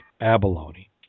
abalone